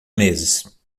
meses